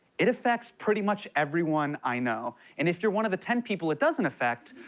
it affects pretty much everyone i know, and if you're one of the ten people it doesn't affect.